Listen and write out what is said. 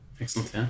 Excellent